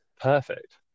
Perfect